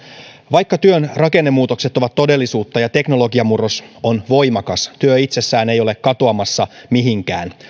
vaikka työn rakennemuutokset ovat todellisuutta ja teknologiamurros on voimakas työ itsessään ei ole katoamassa mihinkään